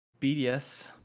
BDS